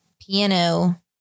piano